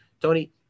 Tony